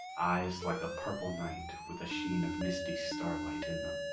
eyes like a purple night with the sheen of misty starlight in them.